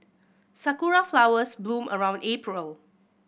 sakura flowers bloom around April